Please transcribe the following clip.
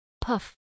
puff